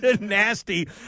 nasty